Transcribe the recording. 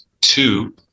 two